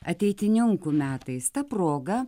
ateitininkų metais ta proga